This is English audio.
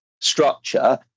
structure